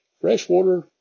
Freshwater